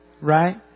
right